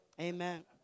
Amen